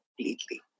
completely